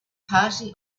party